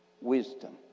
wisdom